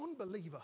unbeliever